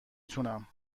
تونم